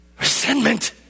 resentment